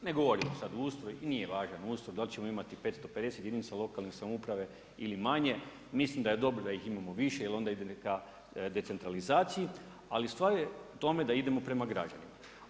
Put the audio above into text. Ne govorimo sad o ustroju, nije važan ustroj, da li ćemo imati 550 jedinica lokalne samouprave ili manje, mislim da je dobro da ih imamo više jer onda ide ka decentralizaciji ali stvar je u tome da idemo prema građanima.